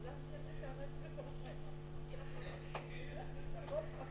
הצבעה בעד רוב התקנות